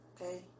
Okay